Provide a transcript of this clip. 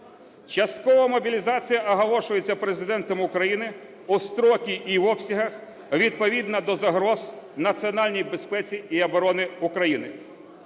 часткова мобілізація оголошується Президентом України у строки і в обсягах відповідно до загроз національній безпеці і обороні України.